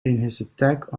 attack